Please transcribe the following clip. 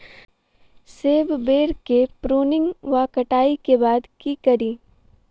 सेब बेर केँ प्रूनिंग वा कटाई केँ बाद की करि?